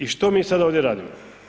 I što mi sad ovdje radimo?